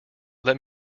let